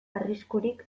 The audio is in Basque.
arriskurik